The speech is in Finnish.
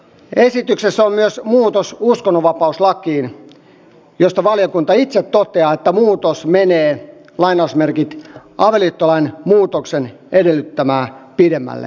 esityksessä on myös muutos uskonnonvapauslakiin josta valiokunta itse toteaa että muutos menee avioliittolain muutoksen edellyttämää pidemmälle